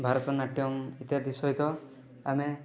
ଭାରତନାଟ୍ୟମ ଇତ୍ୟାଦି ସହିତ ଆମେ